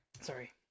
sorry